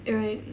oh right